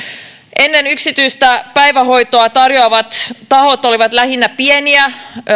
ennen yksityistä päivähoitoa tarjoavat tahot olivat lähinnä pieniä toimijoita